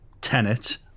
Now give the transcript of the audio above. Tenet